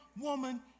woman